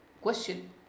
question